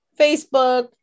facebook